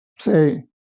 say